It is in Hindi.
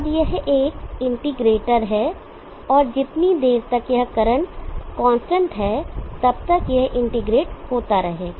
अब यह एक इंटीग्रेटर है और जितनी देर तक यहां करंट कांस्टेंट है तब तक यह इंटीग्रेट होता रहेगा